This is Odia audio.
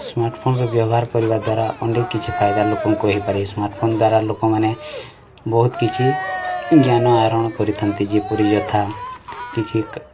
ସ୍ମାର୍ଟଫୋନର ବ୍ୟବହାର କରିବା ଦ୍ୱାରା ଅନେକ କିଛି ଫାଇଦା ଲୋକଙ୍କ ହେଇପାରେ ସ୍ମାର୍ଟଫୋନ ଦ୍ଵାରା ଲୋକମାନେ ବହୁତ କିଛି ଜ୍ଞାନ ଆହରଣ କରିଥା'ନ୍ତି ଯେପରି ଯଥା କିଛି